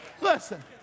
Listen